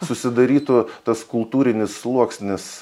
susidarytų tas kultūrinis sluoksnis